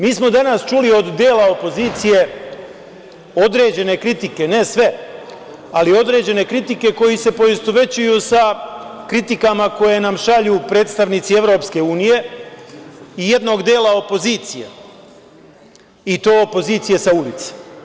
Mi smo danas čuli od dela opozicije određene kritike, ne sve, ali određene kritike koje se poistovećuju sa kritikama koje nam šalju predstavnici Evropske unije i jednog dela opozicije, i to opozicije sa ulice.